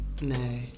No